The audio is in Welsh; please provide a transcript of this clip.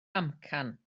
amcan